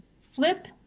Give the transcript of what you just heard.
flip